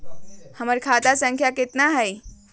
हमर खाता संख्या केतना हई?